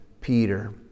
Peter